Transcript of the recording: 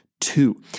two